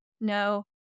No